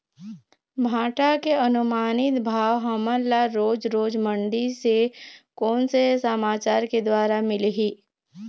भांटा के अनुमानित भाव हमन ला रोज रोज मंडी से कोन से समाचार के द्वारा मिलही?